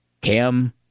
Cam